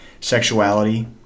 sexuality